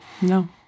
No